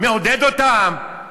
מעודד אותם,